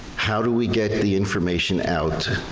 how do we get the information out